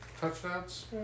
Touchdowns